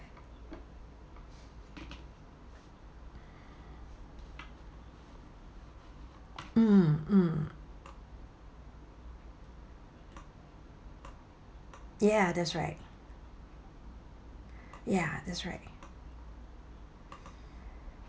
mm mm ya that's right ya that's right